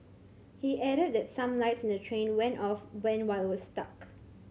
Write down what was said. he added that some lights in the train went off when while it was stuck